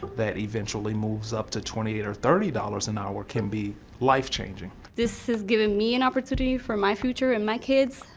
that eventually moves up to twenty eight or thirty dollars an hour, can be life-changing. this has given me an opportunity for my future and my kids.